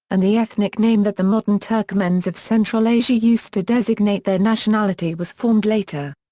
and the ethnic name that the modern turkmens of central asia use to designate their nationality was formed later.